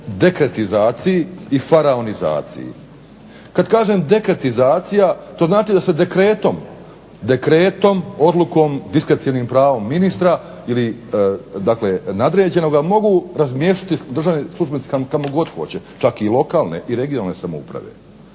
dekretizaciji i faraonizaciji. Kada kažem dekretizacija to znači da se dekretom odlukom diskrecionim pravom ministra, nadređenoga razmjestiti državni službenici kamo god hoće čak i lokalne i regionalne samouprave.